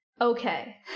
okay